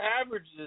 averages